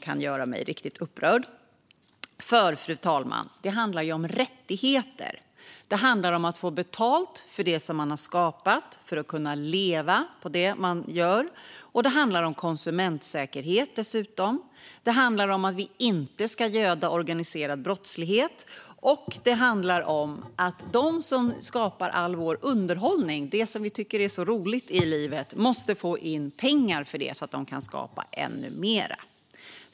kan göra mig riktigt upprörd. Det handlar ju om rättigheter. Det handlar om att få betalt för det man har skapat för att kunna leva på det man gör. Det handlar dessutom om konsumentsäkerhet, om att inte göda organiserad brottslighet och om att de som skapar all vår underhållning, som vi tycker är så rolig i livet, måste få in pengar för att skapa ännu mer.